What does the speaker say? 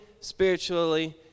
spiritually